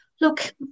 look